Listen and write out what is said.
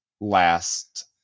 last